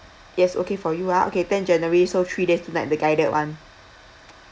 yes okay for you ah okay tenth january so three days two night the guided one